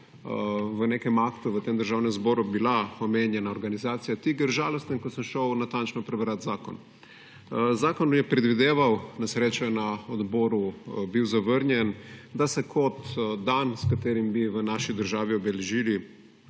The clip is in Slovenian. v nekem aktu v tem državnem zboru bila omenjena organizacija TIGR. Žalosten pa, ko sem šel natančno prebrat zakon. Zakon je predvideval, na srečo je na odboru bil zavrnjen, da se kot dan, s katerim bi v naši državi obeležili